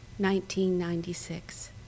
1996